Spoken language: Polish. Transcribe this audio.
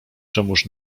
czemuż